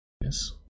yes